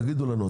תגידו לנו,